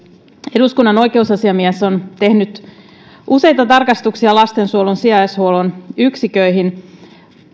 eduskunnan oikeusasiamies on tehnyt useita tarkastuksia lastensuojelun sijaishuollon yksiköihin